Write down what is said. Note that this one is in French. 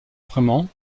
vraiment